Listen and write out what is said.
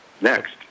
next